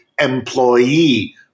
employee